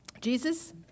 Jesus